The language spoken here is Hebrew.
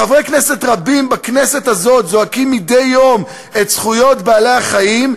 חברי כנסת רבים בכנסת הזאת זועקים מדי יום את זכויות בעלי-החיים,